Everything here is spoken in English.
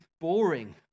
boring